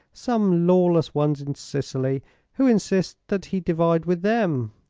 some lawless ones in sicily who insist that he divide with them.